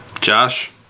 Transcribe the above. Josh